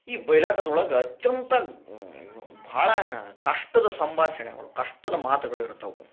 ಈ ಬಯಲಾಟದೊಳಗೆ ಅಂತ್ಯಂತ ಭಾಳ ಕಷ್ಟದ ಸಂಭಾಷಣೆಗಳು ಕಷ್ಟದ ಮಾತುಗಳು ಇರ್ತವು